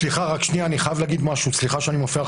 סליחה שאני מפריע,